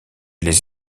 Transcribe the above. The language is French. les